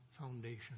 foundation